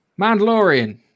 Mandalorian